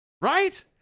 Right